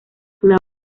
klaus